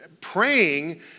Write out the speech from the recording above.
Praying